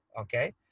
Okay